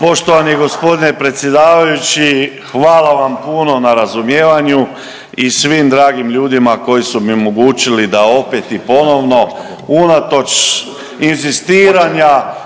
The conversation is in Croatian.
Poštovani g. predsjedavajući hvala vam puno na razumijevanju i svim dragim ljudima koji su mi omogućili da opet i ponovno unatoč inzistiranja,